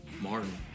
Martin